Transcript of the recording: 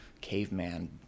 caveman